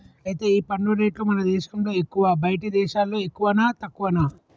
అయితే ఈ పన్ను రేట్లు మన దేశంలో ఎక్కువా బయటి దేశాల్లో ఎక్కువనా తక్కువనా